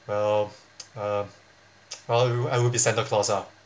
well uh well I will I will be santa claus ah